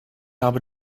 habe